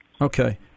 Okay